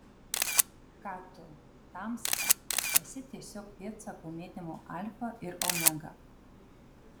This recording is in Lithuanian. ką tu tamsta esi tiesiog pėdsakų mėtymo alfa ir omega